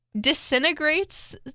disintegrates